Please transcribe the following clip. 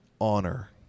honor